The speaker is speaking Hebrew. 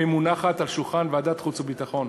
והיא מונחת על שולחן ועדת החוץ והביטחון.